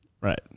Right